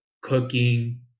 cooking